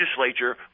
legislature